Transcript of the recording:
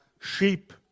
sheep